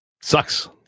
sucks